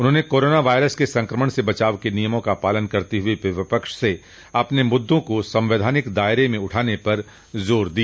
उन्होंने corona virus के संक्रमण से बचाव के नियमों का पालन करते हुए विपक्ष से अपने मुद्दों को संवैधानिक दायरे में उठाने पर जोर दिया